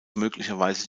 möglicherweise